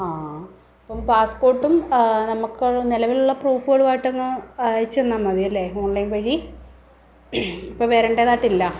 ആ അപ്പം പാസ്പോർട്ടും നമുക്ക് നിലവിലുള്ള പ്രൂഫോളുമായിട്ടൊന്ന് അയച്ച് തന്നാൽ മതിയല്ലേ ഓൺലൈൻ വഴി ഇപ്പം വരേണ്ടതായിട്ടില്ല